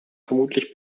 vermutlich